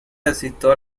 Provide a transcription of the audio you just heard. asistió